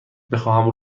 بخواهم